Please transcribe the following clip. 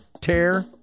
Tear